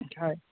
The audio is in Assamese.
হয়